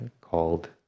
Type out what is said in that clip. called